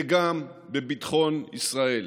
וגם בביטחון ישראל.